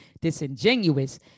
disingenuous